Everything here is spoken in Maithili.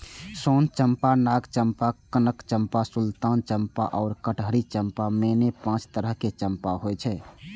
सोन चंपा, नाग चंपा, कनक चंपा, सुल्तान चंपा आ कटहरी चंपा, मने पांच तरहक चंपा होइ छै